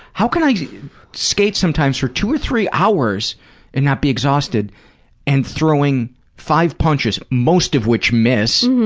how can i skate sometimes for two or three hours and not be exhausted and throwing five punches, most of which miss.